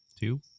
Two